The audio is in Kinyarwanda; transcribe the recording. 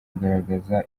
kugaragaza